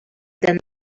than